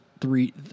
three